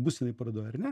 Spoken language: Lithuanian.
bus jinai parodoj ar ne